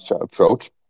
approach